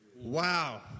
wow